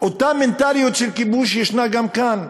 אותה מנטליות של כיבוש ישנה גם כאן,